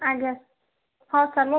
ଆଜ୍ଞା ହଁ ସାର୍ ମୁଁ